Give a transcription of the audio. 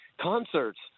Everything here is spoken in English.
concerts –